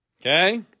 Okay